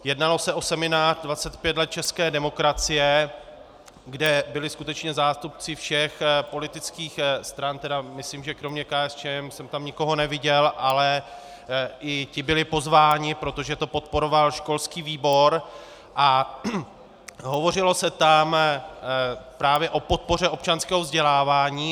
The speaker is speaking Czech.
Jednalo se o seminář 25 let české demokracie, kde byli skutečně zástupci všech politických stran, tedy myslím, že kromě KSČM, jsem tam nikoho neviděl, ale i ti byli pozváni, protože to podporoval školský výbor, a hovořilo se tam právě o podpoře občanského vzdělávání.